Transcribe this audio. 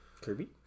Kirby